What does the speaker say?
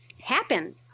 happen